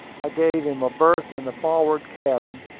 i gave him a berth in the forward cabin.